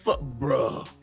bro